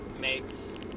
makes